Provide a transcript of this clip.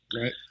Right